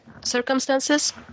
circumstances